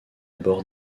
bord